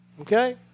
Okay